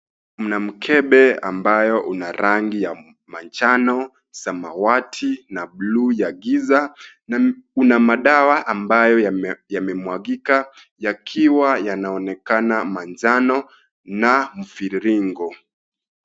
Mna mkebe ambao una rangi ya manjano, samawati manjano na bluu ya giza na kuna madawa ambayo yamemwagika yakiwa yanaonekana manjano na mviringo.